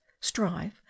strive